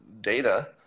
data